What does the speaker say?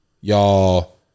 Y'all